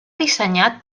dissenyat